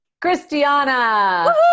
Christiana